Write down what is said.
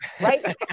right